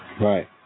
Right